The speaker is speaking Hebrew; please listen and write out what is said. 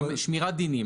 שמירת דינים.